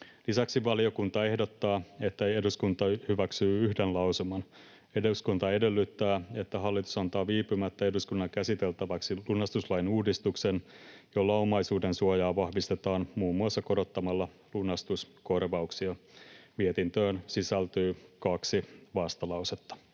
Lisäksi valiokunta ehdottaa, että eduskunta hyväksyy yhden lausuman: ”Eduskunta edellyttää, että hallitus antaa viipymättä eduskunnan käsiteltäväksi lunastuslain uudistuksen, jolla omaisuudensuojaa vahvistetaan muun muassa korottamalla lunastuskorvauksia.” Mietintöön sisältyy kaksi vastalausetta.